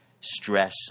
stress